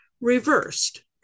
reversed